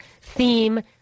theme